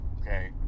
Okay